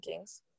rankings